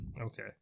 Okay